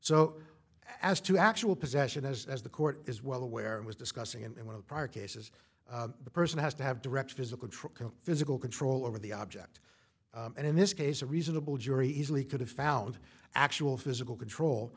so as to actual possession as the court is well aware was discussing and one of the prior cases the person has to have direct physical physical control over the object and in this case a reasonable jury easily could have found actual physical control